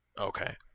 Okay